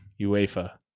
UEFA